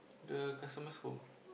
the customer's home